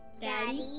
Daddy